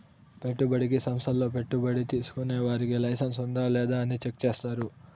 పెట్టుబడికి సంస్థల్లో పెట్టుబడి తీసుకునే వారికి లైసెన్స్ ఉందా లేదా అని చెక్ చేస్తారు